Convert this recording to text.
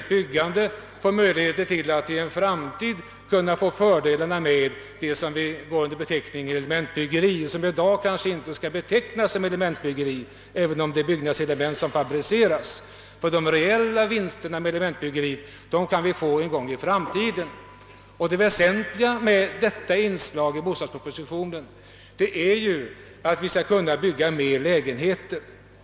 De ger därmed möjligheter att i en framtid dra nytta av vad som går under beteckningen elementbyggeri. Den verksamhet som förekommer på detta område i dag borde kanske inte betecknas som elementbyggeri, även om det är byggnadselement som fabriceras; de reella vinsterna med elementbyggeri kommer vi att få en gång i framtiden. Avsikten med detta bostadspropositionens förslag till villkor för lån är att vi skall kunna bygga fler lägenheter.